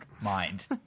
mind